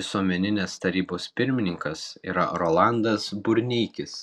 visuomeninės tarybos pirmininkas yra rolandas burneikis